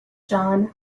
john